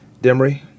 Demery